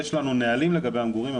יש לנו נהלים לגבי המגורים,